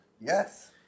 Yes